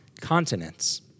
continents